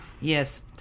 Yes